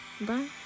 Bye